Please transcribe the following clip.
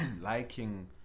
liking